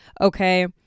Okay